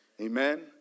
Amen